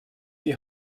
die